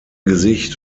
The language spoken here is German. gesicht